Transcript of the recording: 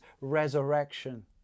resurrection